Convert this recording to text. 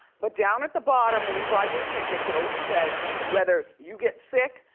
but down at the bottom, when you buy your tickets, it always says whether you get sick,